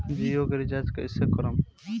जियो के रीचार्ज कैसे करेम?